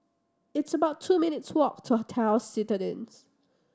it's about two minutes' walk to Hotel Citadines